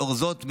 לאור זאת,